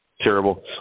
terrible